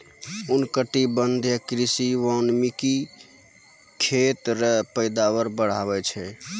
उष्णकटिबंधीय कृषि वानिकी खेत रो पैदावार बढ़ाबै छै